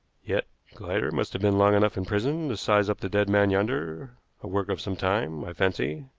yet glider must have been long enough in prison to size up the dead man yonder a work of some time, i fancy.